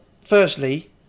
firstly